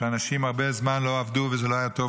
שאנשים הרבה זמן לא עבדו וזה לא היה טוב,